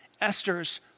Esther's